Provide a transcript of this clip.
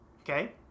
Okay